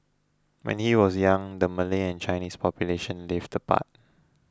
when he was young the Malay and Chinese populations lived apart